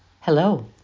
Hello